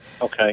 Okay